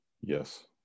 Yes